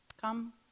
Come